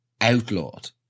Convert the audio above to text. outlawed